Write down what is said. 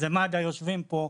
זה מד"א יושבים פה,